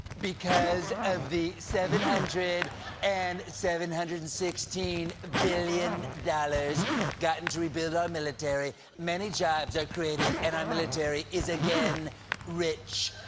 because of the seven hundred dollars and seven hundred and sixteen billion dollars gotten to rebuild our military, many jobs are created and our military is again rich.